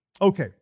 Okay